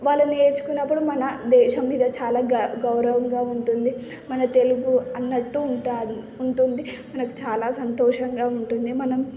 వాళ్ళు నేర్చుకున్నప్పుడు మన దేశం మీద చాలా గ గౌరవంగా ఉంటుంది మన తెలుగు అన్నట్టు ఉంటుంది ఉంటుంది మనకి చాలా చాలా సంతోషంగా ఉంటుంది మనం